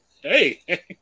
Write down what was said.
Hey